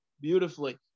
beautifully